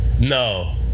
no